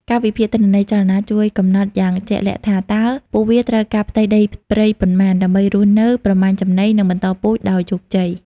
ការវិភាគទិន្នន័យចលនាជួយកំណត់យ៉ាងជាក់លាក់ថា តើពួកវាត្រូវការផ្ទៃដីព្រៃប៉ុន្មាន ដើម្បីរស់នៅ ប្រមាញ់ចំណី និងបន្តពូជដោយជោគជ័យ។